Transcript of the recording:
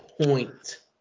point